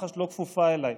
מח"ש לא כפופה אליי.